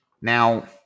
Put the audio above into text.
Now